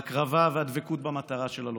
ההקרבה והדבקות במטרה של הלוחמים.